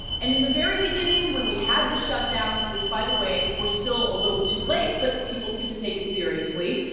and in the very beginning when we had the shutdowns which, by the way, were still a little too late, but most seemed to take it seriously.